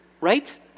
Right